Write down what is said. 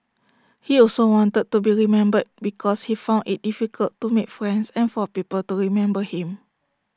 he also wanted to be remembered because he found IT difficult to make friends and for people to remember him